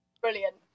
Brilliant